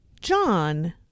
John